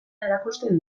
erakusten